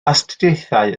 astudiaethau